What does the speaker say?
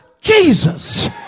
Jesus